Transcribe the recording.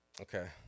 okay